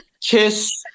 Kiss